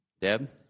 Deb